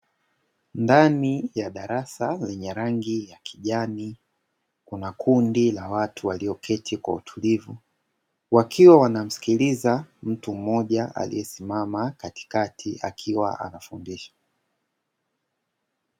Ndani ya darasa lenye rangi ya kijani, kuna kundi la watu walioketi kwa utulivu, wakiwa wanamsikiliza mtu mmoja aliyesimama katikati akiwa anafundisha.